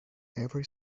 every